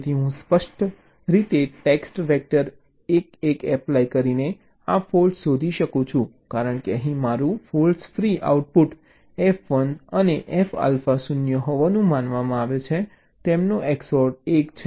તેથી હું સ્પષ્ટ રીતે ટેક્સ્ટ વેક્ટર 1 1 એપ્લાય કરીને આ ફૉલ્ટ્સ શોધી શકું છું કારણ કે અહીં મારું ફોલ્ટ ફ્રી આઉટપુટ F 1 અને F આલ્ફા 0 હોવાનું માનવામાં આવે છે તેમનો XOR 1 છે